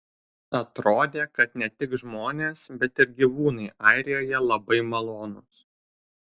atrodė kad ne tik žmonės bet ir gyvūnai airijoje labai malonūs